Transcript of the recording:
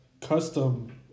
custom